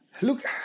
Look